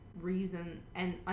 reason—and